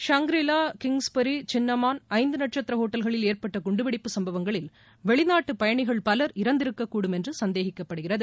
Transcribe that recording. Shangri-La Kingsbury Cinnamon ஐந்து நட்சத்திர ஒட்டல்களில் ஏற்பட்ட குண்டுவெடிப்பு சம்பவங்களில் வெளிநாட்டு பயணிகள் பலர் இறந்திருக்கக்கூடும் என்று சந்தேகிக்கப்படுகிறது